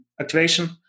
activation